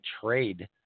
trade